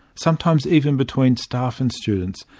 sometimes even between staff and students,